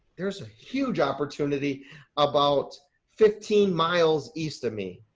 there's a huge opportunity about fifteen miles east of me.